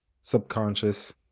Subconscious